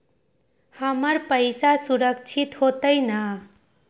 हमर पईसा सुरक्षित होतई न?